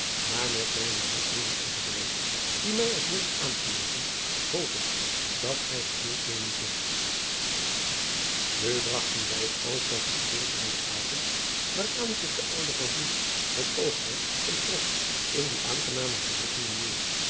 aar met mijne zwakheden en gebreken die mij als mensch aankleven hoop ik dat gij geduld nemen zult u bragten zij het overige gedeelte van den avond waaraan zich de oude met oogmerk onttrok in die aangename verrukkingen door